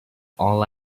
all